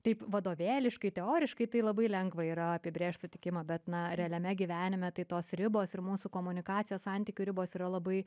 taip vadovėliškai teoriškai tai labai lengva yra apibrėžt sutikimą bet na realiame gyvenime tai tos ribos ir mūsų komunikacijos santykių ribos yra labai